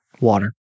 water